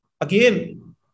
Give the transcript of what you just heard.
Again